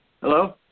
Hello